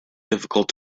difficult